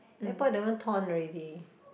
airport that one torn already